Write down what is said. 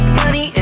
money